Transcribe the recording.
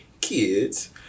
kids